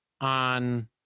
on